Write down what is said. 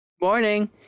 Morning